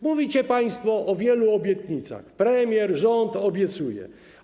Mówicie państwo o wielu obietnicach: premier, rząd obiecują.